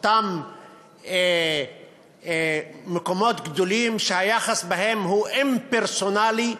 אותם מקומות גדולים שהיחס בהם הוא אימפרסונלי.